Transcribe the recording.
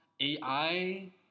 AI